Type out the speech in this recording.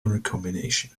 recombination